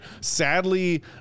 Sadly